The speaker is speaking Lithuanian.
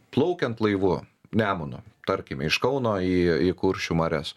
plaukiant laivu nemunu tarkime iš kauno į į kuršių marias